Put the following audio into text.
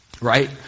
Right